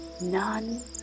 none